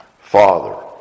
Father